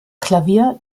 klavier